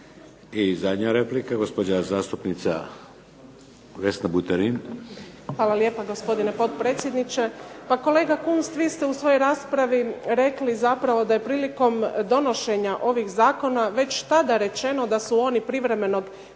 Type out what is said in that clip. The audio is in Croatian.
I zadnja replika, gospođa zastupnica Vesna Buterin. **Buterin, Vesna (HDZ)** Hvala lijepa gospodine potpredsjedniče. Pa kolega Kunst vi ste u svojoj raspravi rekli zapravo da je prilikom donošenja ovih zakona već tada rečeno da su oni privremenog